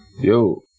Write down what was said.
yo